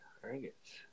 Targets